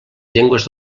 llengües